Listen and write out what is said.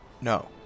No